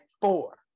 four